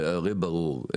הרי ברור,